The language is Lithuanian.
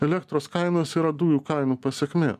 elektros kainos yra dujų kainų pasekmė